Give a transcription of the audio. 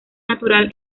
natural